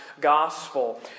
gospel